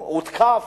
הוא הותקף,